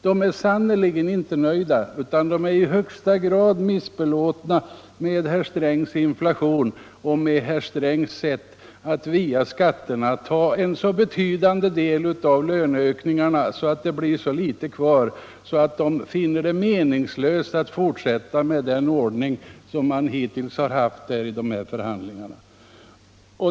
De är sannerligen inte nöjda, utan de är i högsta grad missbelåtna med herr Strängs inflation och herr Strängs sätt att via skatterna ta en så betydande del av löneökningarna att så litet blir kvar att de finner det meningslöst att fortsätta med den ordning som man hittills haft vid förhandlingarna.